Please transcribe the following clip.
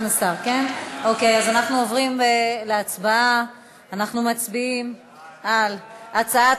צריך הצבעה רק על הנוסח שהובא,